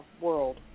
world